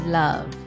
love